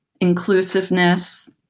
inclusiveness